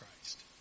Christ